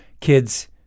kids